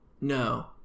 no